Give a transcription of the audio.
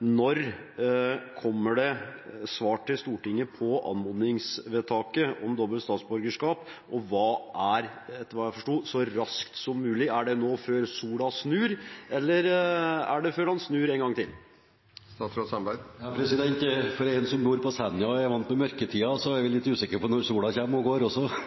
Når kommer det svar til Stortinget på anmodningsvedtaket om dobbelt statsborgerskap, og hva er, etter hva jeg forsto, så raskt som mulig? Er det nå før sola snur, eller er det før den snur en gang til? En som bor på Senja og er vant med mørketida, er litt usikker på når sola kommer og går!